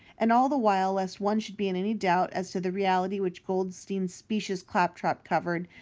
and all the while, lest one should be in any doubt as to the reality which goldstein's specious claptrap covered,